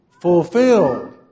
fulfilled